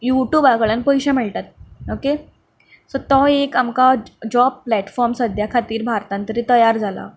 युट्यूबा कडल्यान पयशें मेळटात ओके सो तो एक आमकां जॉब प्लेटफॉम सद्या खातीर भारतांत तरी तयार जालां